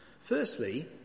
firstly